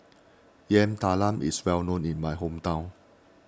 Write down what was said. Yam Talam is well known in my hometown